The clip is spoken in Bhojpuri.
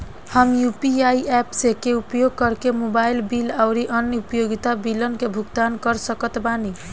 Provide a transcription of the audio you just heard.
हम यू.पी.आई ऐप्स के उपयोग करके मोबाइल बिल आउर अन्य उपयोगिता बिलन के भुगतान कर सकत बानी